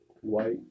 White